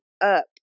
up